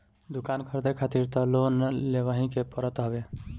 दुकान खरीदे खारित तअ लोन लेवही के पड़त हवे